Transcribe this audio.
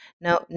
now